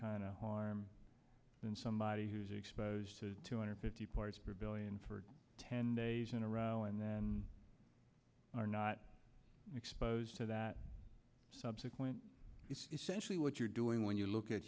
kind of harm and somebody who's exposed to two hundred fifty parts per billion for ten days in a row and then are not exposed to that subsequent essentially what you're doing when you look at